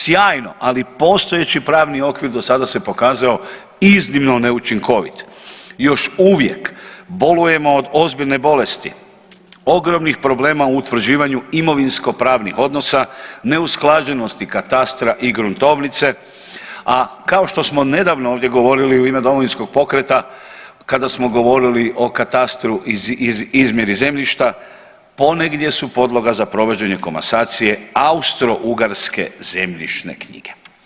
Sjajno, ali postojeći pravni okvir do sada se pokazao iznimno neučinkovit, još uvijek bolujemo od ozbiljne bolesti, ogromnih problema o utvrđivanju imovinskopravnih odnosa, neusklađenosti katastra i gruntovnice, a kao što smo nedavno ovdje govorili u ime Domovinskog pokreta kada smo govorili o katastru i izmjeri zemljišta ponegdje su podloga za provođenje komasacije austro-ugarske zemljišne knjige.